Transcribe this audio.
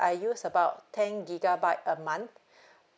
I use about ten gigabyte a month